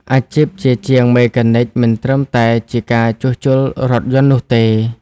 អាជីពជាជាងមេកានិកមិនត្រឹមតែជាការជួសជុលរថយន្តនោះទេ។